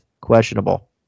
questionable